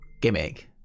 gimmick